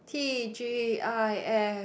T_G_I_F